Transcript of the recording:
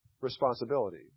responsibility